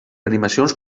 animacions